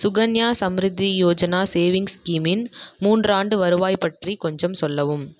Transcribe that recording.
Sukanya Samriddhi Yojana savings ஸ்கீமின் மூன்றாண்டு வருவாய் பற்றி கொஞ்சம் சொல்லவும்